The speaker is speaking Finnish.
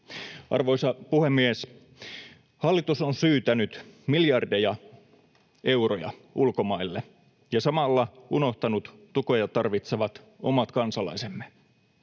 Arvoisa puhemies! Hallitus on syytänyt miljardeja euroja ulkomaille ja samalla unohtanut tukea tarvitsevat omat kansalaisemme.